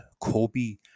Kobe